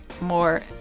more